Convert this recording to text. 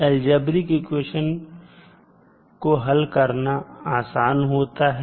algebraic equation को हल करना आसान होता है